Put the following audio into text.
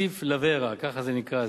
CIF-Lavera, ככה זה נקרא.